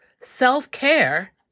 self-care